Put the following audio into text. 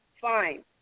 fine